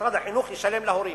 שמשרד החינוך ישלם להורים,